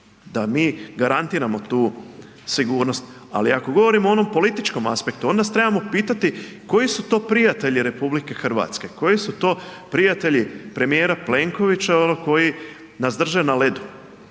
da mi garantiramo tu sigurnost, ali ako govorimo o onom političkom aspektu, onda se trebamo pitati, koji su to prijatelji RH? Koji su to prijatelji premijera Plenkovića koji nas drže na ledu?